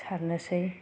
सारनोसै